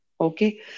Okay